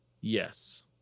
Yes